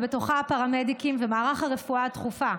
ובתוכה הפרמדיקים ומערך הרפואה הדחופה,